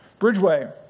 Bridgeway